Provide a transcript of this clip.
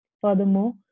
Furthermore